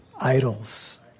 Idols